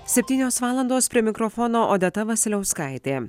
septynios valandos prie mikrofono odeta vasiliauskaitė